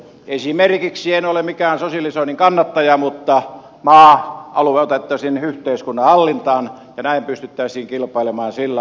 esimerkiksi en ole mikään sosialisoinnin kannattaja maa alue otettaisiin yhteiskunnan hallintaan ja näin pystyttäisiin kilpailemaan sillä asialla